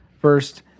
First